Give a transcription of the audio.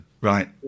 Right